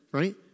right